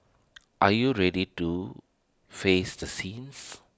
are you ready to face the sins